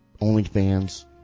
OnlyFans